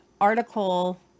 article